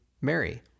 Mary